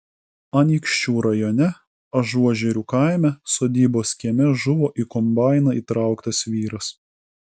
anykščių rajone ažuožerių kaime sodybos kieme žuvo į kombainą įtrauktas vyras